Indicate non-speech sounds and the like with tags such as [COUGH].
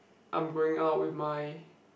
I'm going out with my [BREATH]